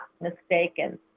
mistaken